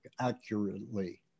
accurately